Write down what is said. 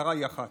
המטרה היא אחת: